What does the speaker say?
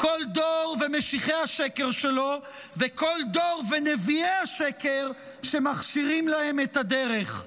כל דור ומשיחי השקר שלו וכל דור ונביאי השקר שמכשירים להם את הדרך.